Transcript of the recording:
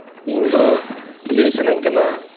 ᱤᱧᱫᱚ ᱞᱟᱹᱭ ᱥᱟᱱᱟᱧ ᱠᱟᱱᱟ